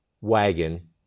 wagon